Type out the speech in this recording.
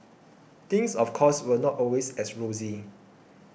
things of course were not always as rosy